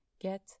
get